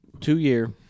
Two-year